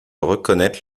reconnaître